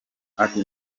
ati